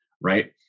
right